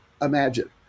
imagine